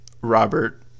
robert